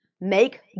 Make